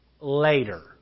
later